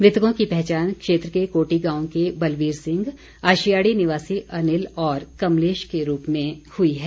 मृतकों की पहचान क्षेत्र के कोटी गांव के बलवीर सिंह आशियाड़ी निवासी अनिल और कमलेश के रूप में हुई है